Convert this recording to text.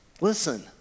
Listen